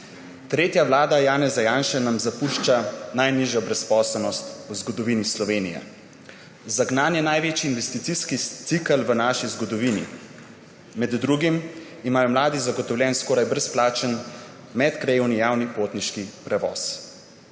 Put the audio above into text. Tretja vlada Janeza Janše nam zapušča najnižjo brezposelnost v zgodovini Slovenije. Zagnan je največji investicijski cikel v naši zgodovini, med drugim imajo mladi zagotovljen skoraj brezplačen medkrajevni javni potniški prevoz.